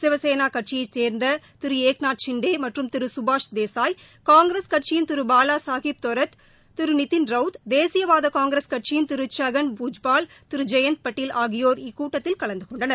சிவசேனா கட்சியைச் சே்ந்த திரு ஏக்நாத் ஷிண்டே மற்றும் திரு கபர் தேசாய் காங்கிரஸ் கட்சியின் திரு பாலாசாஹிப் டொரட் திரு நிதின் ரவுத் தேசியவாத காங்கிரஸ் கட்சியின் திரு ஜக்கன் பூஜ்பால் திரு ஜெயந்த் பாட்டில் ஆகியோர் இக்கூட்டத்தில் கலந்து கொண்டனர்